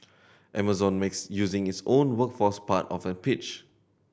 Amazon makes using its own workforce part of the pitch